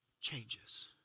changes